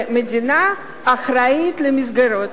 והמדינה אחראית למסגרות.